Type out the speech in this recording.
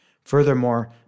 Furthermore